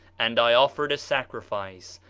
and i offered a sacrifice.